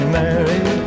married